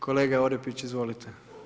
Kolega Orepić, izvolite.